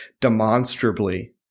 demonstrably